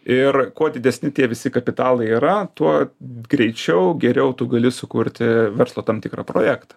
ir kuo didesni tie visi kapitalai yra tuo greičiau geriau tu gali sukurti verslo tam tikrą projektą